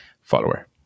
follower